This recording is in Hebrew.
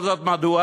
כל זאת מדוע?